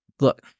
Look